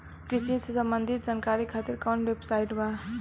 कृषि से संबंधित जानकारी खातिर कवन वेबसाइट बा?